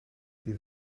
bydd